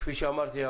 כפי שאמרתי,